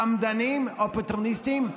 חמדנים, אופורטוניסטים.